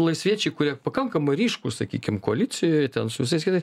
laisviečiai kurie pakankamai ryškūs sakykim koalicijoj ten su visais kitais